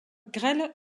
grêle